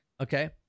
Okay